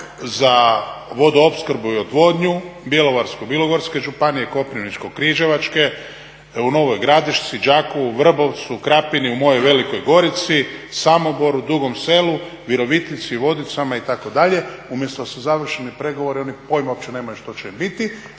za vodoopskrbu i odvodnju, Bjelovarko-bilogorske županije, Koprivničko-križevačke, u Novoj Gradišci, Đakovu, Vrbovcu, Krapini, u mojoj Velikog Gorici, Samoboru, Dugom Selu, Virovitici, Vodicama, itd., umjesto da se završe pregovori, oni pojma uopće nemaju što će biti,